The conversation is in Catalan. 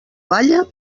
balla